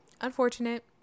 Unfortunate